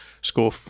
score